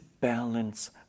balance